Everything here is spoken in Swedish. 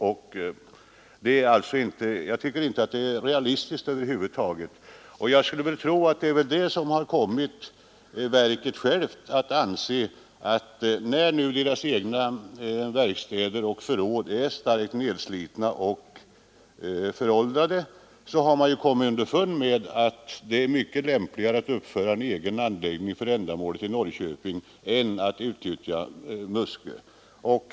Jag tycker alltså att det över huvud taget inte är realistiskt att ha förrådsoch verkstadsresurserna på Muskö. Jag skulle också tro att det är dessa omständigheter som kommit verket självt att anse att när verkstäder och förråd nu är starkt nedslitna och föråldrade är det mycket lämpligare att uppföra en egen anläggning för ändamålet i Norrköping än att utnyttja Muskö.